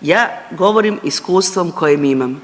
ja govorim iskustvom kojim imam.